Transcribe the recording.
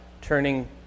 turning